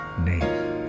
name